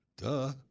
Duh